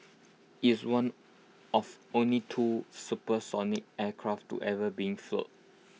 is one of only two supersonic aircraft to ever being flown